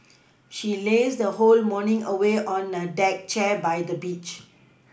she lazed her whole morning away on a deck chair by the beach